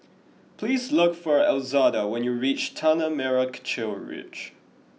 please look for Elzada when you reach Tanah Merah Kechil Ridge